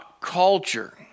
culture